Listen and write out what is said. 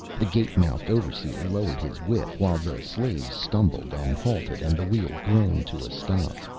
the gape-mouthed overseer lowered his whip while the slaves stumbled and halted and the wheel groaned to a stop.